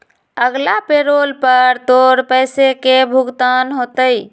अगला पैरोल पर तोर पैसे के भुगतान होतय